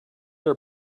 are